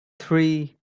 three